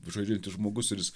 žaidžiantis žmogus ir jis